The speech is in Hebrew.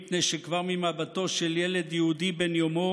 מפני שכבר ממבטו של ילד יהודי בן יומו